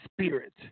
spirit